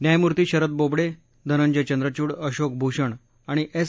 न्यायमूर्ती शरद बोबडे धनंजय चंद्रचूड अशोक भूषण आणि एस